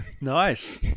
Nice